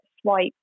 swipe